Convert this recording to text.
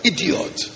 Idiot